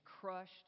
crushed